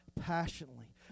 passionately